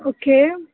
okay